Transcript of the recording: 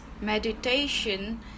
meditation